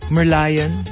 Merlion